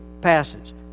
passage